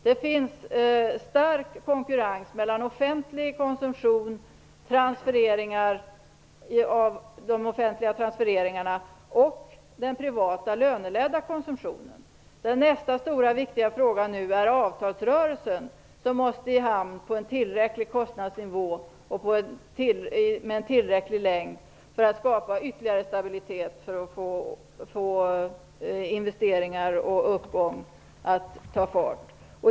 Det finns stark konkurrens mellan offentlig konsumtion, de offentliga transfereringarna och den privata löneledda konsumtionen. Nu är nästa stora viktiga fråga att avtalsrörelsen måste i hamn på en tillräcklig kostnadsnivå och med en tillräcklig längd för avtalen för att skapa ytterligare stabilitet för att få investeringar och uppgång att ta fart.